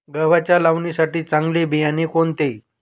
गव्हाच्या लावणीसाठी चांगले बियाणे कोणते?